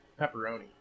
Pepperoni